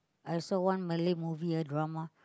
I saw one Malay movie ah drama